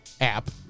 app